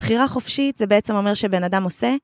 בחירה חופשית, זה בעצם אומר שבן אדם עושה?